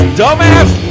dumbass